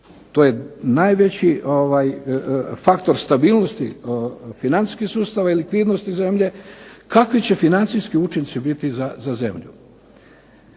to je najveći faktor stabilnosti financijskih sustava i likvidnosti zemlje kakvi će financijski učinci biti za zemlju.